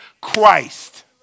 Christ